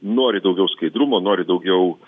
nori daugiau skaidrumo nori daugiau